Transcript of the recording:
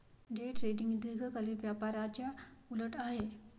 day trading दीर्घकालीन व्यापाराच्या उलट आहे